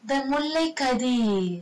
the Mullai Kathir kathir